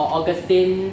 Augustine